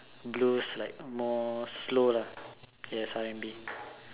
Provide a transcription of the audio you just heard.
blues like more slow lah yes R&B